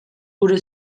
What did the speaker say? gure